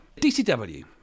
DCW